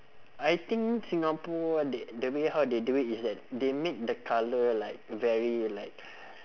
I think singapore they the way how they do it is that they make the colour like very like